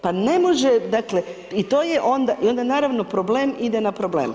Pa ne može, dakle, i to je onda i onda naravno problem ide na problem.